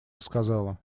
сказала